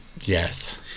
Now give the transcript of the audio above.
Yes